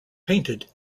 painted